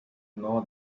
know